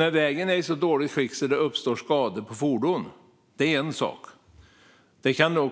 Att vägen är i så dåligt skick att det uppstår skador på fordon är en sak. Det kan